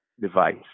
device